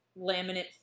laminate